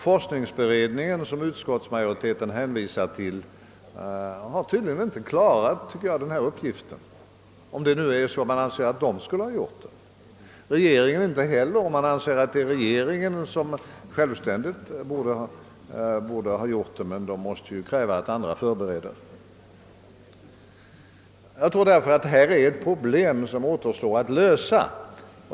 Forskningsberedningen, som utskottets majoritet hänvisar till, har tydligen inte klarat den uppgiften — om det nu är så att man anser att beredningen skall göra det. Och om man anser att regeringen självständigt borde göra den avvägningen, så har man inte heller där klarat uppgiften. I det senare fallet måste man förutsätta att andra förbereder frågorna. Detta är ett problem som återstår att lösa.